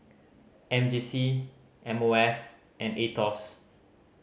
M J C M O F and Aetos